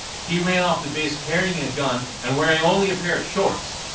he ran off the base, carrying a gun and wearing only a pair of shorts.